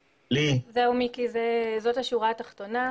זאת השורה התחתונה.